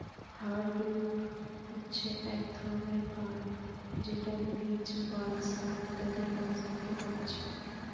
hardwood হচ্ছে এক ধরণের কাঠ যেটা বীচ, বালসা ইত্যাদি গাছ থিকে পাচ্ছি